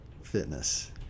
fitness